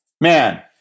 Man